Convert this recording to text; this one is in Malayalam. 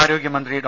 ആരോഗ്യമന്ത്രി ഡോ